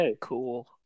cool